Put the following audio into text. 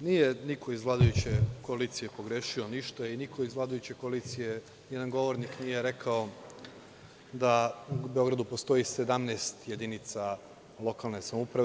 nije niko iz vladajuće koalicije pogrešio ništa i niko iz vladajuće koalicije, jedan govornik nije rekao da u Beogradu postoji 17 jedinica lokalne samouprave.